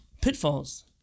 pitfalls